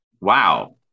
wow